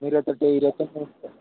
ഇന്ന് ഇരുപത്തെട്ട് ഇരുപത്തി ഒൻപത് മുപ്പത്